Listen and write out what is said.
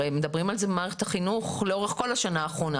הרי מדברים על זה במערכת החינוך לאורך כל השנה האחרונה.